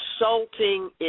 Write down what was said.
insulting